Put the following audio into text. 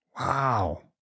Wow